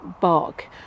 bark